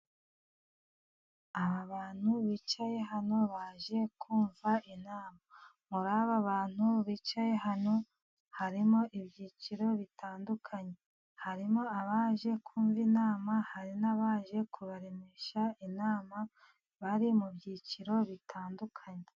Aba bantu bicaye hano baje kumva inama. Muri aba bantu bicaye hano, harimo ibyiciro bitandukanye : harimo abaje kumva inama, hari n'abaje kubaremesha inama. Bari mu byiciro bitandukanye.